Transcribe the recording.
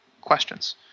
questions